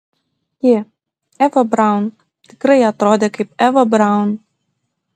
ji eva braun tikrai atrodė kaip eva braun